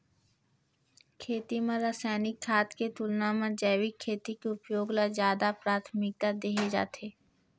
खेती म रसायनिक खाद के तुलना म जैविक खेती के उपयोग ल ज्यादा प्राथमिकता देहे जाथे